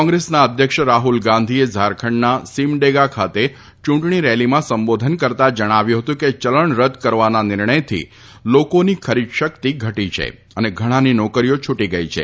કોંગ્રેસના અધ્યક્ષ રાહુલ ગાંધીએ ઝારખંડના સીમડેગા ખાતે ચૂંટણી રેલીમાં સંબોધન કરતાં જણાવ્યું હતું કે ચલણ રદ કરવાના નિર્ણયથી લોકોની ખરીદ શક્તિ ઘટી છે અને ઘણાની નોકરીઓ છૂટી ગઇ છે